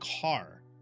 car